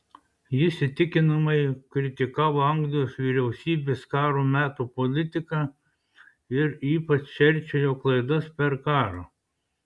jis įtikinamai kritikavo anglijos vyriausybės karo meto politiką ir ypač čerčilio klaidas per karą